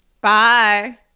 Bye